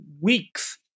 weeks